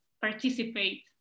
participate